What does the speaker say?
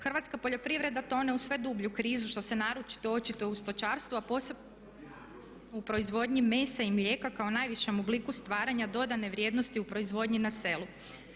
Hrvatska poljoprivreda tone u sve dublju krizu što se naročito očituje u stočarstvu a posebno u proizvodnji mesa i mlijeka kao najvišem obliku stvaranja dodane vrijednosti u proizvodnji na selu.